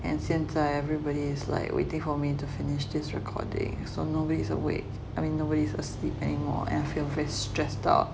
and since I everybody is like waiting for me to finish this recording so nobody is awake I mean nobody is asleep anymore and feel very stressed out